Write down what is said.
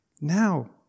Now